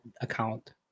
account